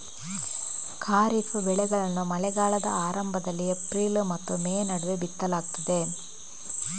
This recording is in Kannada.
ಖಾರಿಫ್ ಬೆಳೆಗಳನ್ನು ಮಳೆಗಾಲದ ಆರಂಭದಲ್ಲಿ ಏಪ್ರಿಲ್ ಮತ್ತು ಮೇ ನಡುವೆ ಬಿತ್ತಲಾಗ್ತದೆ